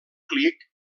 clic